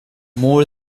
more